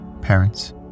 parents